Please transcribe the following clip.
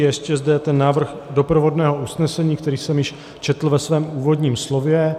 Ještě je zde návrh doprovodného usnesení, který jsem již četl ve svém úvodním slově.